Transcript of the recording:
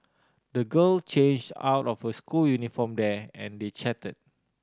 the girl changed out of her school uniform there and they chatted